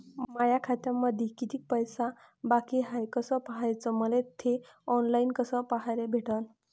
माया खात्यामंधी किती पैसा बाकी हाय कस पाह्याच, मले थे ऑनलाईन कस पाह्याले भेटन?